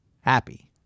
happy